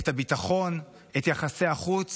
את הביטחון, את יחסי החוץ